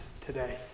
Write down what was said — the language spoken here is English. today